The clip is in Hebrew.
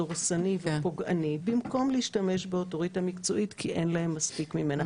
דורסני ופוגעני במקום להשתמש באוטוריטה מקצועית כי אין להם מספיק ממנה.